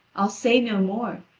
i'll say no more,